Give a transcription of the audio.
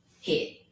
hit